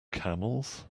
camels